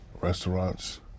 Restaurants